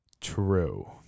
true